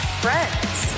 friends